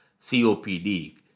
COPD